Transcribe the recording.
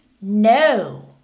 No